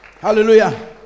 Hallelujah